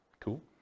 Cool